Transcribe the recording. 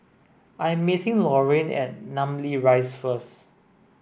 I am meeting Lorraine at Namly Rise first